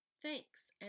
Thanks